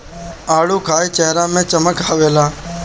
आडू खाए चेहरा में चमक आवेला